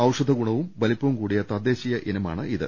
ഔഷധ ഗുണവും വലിപ്പവും കൂടിയ തദ്ദേശീയ ഇനമാണിത്